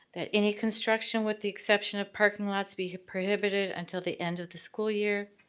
that any construction with the exception of parking lots be prohibited until the end of the school year.